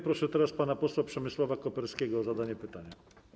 Proszę teraz pana posła Przemysława Koperskiego o zadanie pytania.